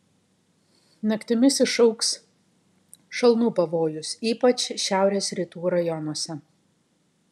naktimis išaugs šalnų pavojus ypač šiaurės rytų rajonuose